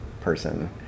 person